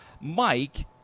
mike